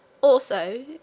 Also